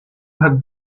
had